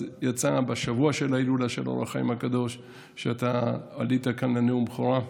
אז יצא שבשבוע של ההילולה של אור החיים הקדוש אתה עלית כאן לנאום בכורה.